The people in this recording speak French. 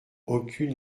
aucune